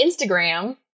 Instagram